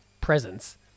presence